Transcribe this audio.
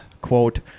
quote